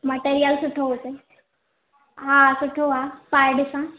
material सुठो हुजे हा सुठो आहे पाए ॾिसां